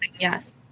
yes